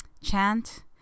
chant